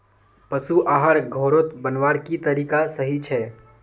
पशु आहार घोरोत बनवार की तरीका सही छे?